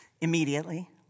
immediately